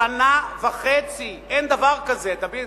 שנה וחצי, אין דבר כזה, תבינו.